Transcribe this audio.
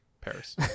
Paris